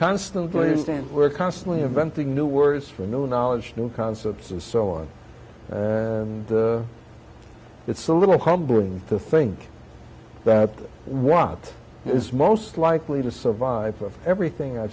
constantly stand we're constantly inventing new words for new knowledge new concepts and so on it's a little humbling to think that what is most likely to survive everything i